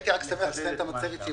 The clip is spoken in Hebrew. הייתי שמח לסיים את המצגת,